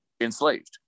enslaved